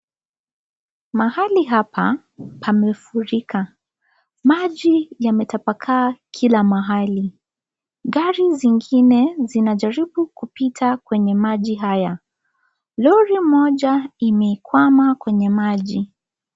Mahali hapa pamefurika. Maji yametapakaa kila mahali. Gari zingine zinajaribu kupita kwenye maji haya. Lori moja imekwama kwenye maji.